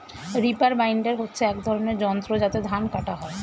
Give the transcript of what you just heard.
reaper binder হচ্ছে এক ধরনের যন্ত্র যাতে ধান কাটা হয়